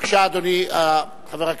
בבקשה, אדוני חבר הכנסת.